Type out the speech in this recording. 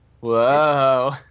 Whoa